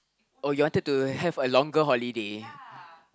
oh you wanted to have a longer holiday